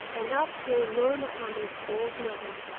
and up came nur mahomed's old mother,